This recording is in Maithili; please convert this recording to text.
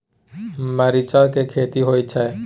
मरीच के खेती होय छय?